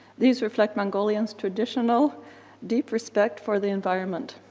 these reflect mongolians' traditional deep respect for the environment.